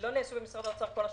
שלא נעשו במשרד האוצר כל השנים,